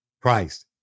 Christ